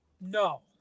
No